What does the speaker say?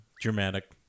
dramatic